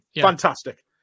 Fantastic